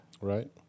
Right